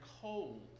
cold